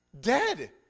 dead